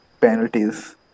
penalties